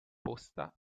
posta